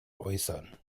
äußern